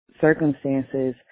circumstances